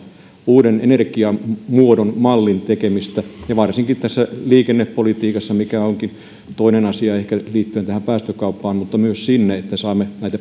uuden energian muodon mallin tekemistä ja varsinkin liikennepolitiikassa mikä onkin ehkä toinen asia liittyen päästökauppaan mutta myös siinä että saamme